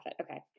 Okay